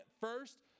first